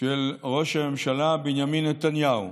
של ראש הממשלה בנימין נתניהו,